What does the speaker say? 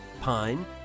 pine